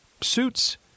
suits